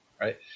right